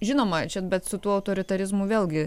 žinoma čia bet su tuo autoritarizmu vėlgi